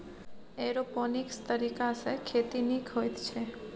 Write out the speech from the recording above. aeroponics तरीकासँ खेती नीक होइत छै